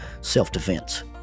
self-defense